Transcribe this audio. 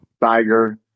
Tiger